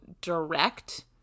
direct